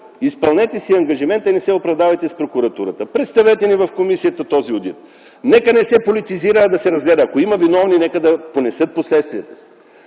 изпълнете си ангажимента и не се оправдавайте с прокуратурата. Представете ни в комисията този одит. Нека не се политизира, а да се разгледа! Ако има виновни, нека да понесат последствията!